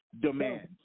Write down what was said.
demands